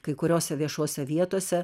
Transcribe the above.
kai kuriose viešose vietose